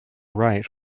right